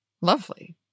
Lovely